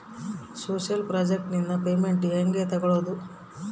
Social project ನಿಂದ payment ಹೆಂಗೆ ತಕ್ಕೊಳ್ಳದು?